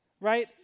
Right